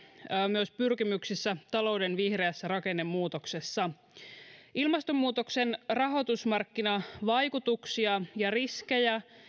myös pyrkimyksissä talouden vihreään rakennemuutokseen ilmastonmuutoksen rahoitusmarkkinavaikutuksia ja riskejä